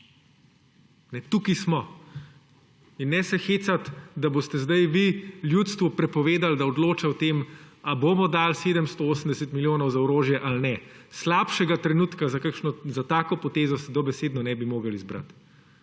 Tukaj smo. In ne se hecati, da boste sedaj vi ljudstvu prepovedali, da odloča o tem, ali bomo dali 780 milijonov za orožje ali ne. Slabšega trenutka za tako potezo si dobesedno ne bi mogli izbrati.